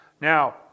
Now